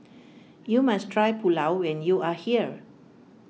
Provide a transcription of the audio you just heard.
you must try Pulao when you are here